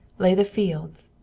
lay the fields,